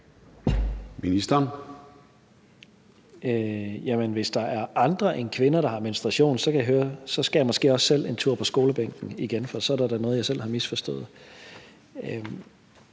Hvis der er andre end kvinder, der har menstruation, kan jeg høre, at jeg måske også selv skal en tur på skolebænken igen, for så er der da noget, jeg selv har misforstået.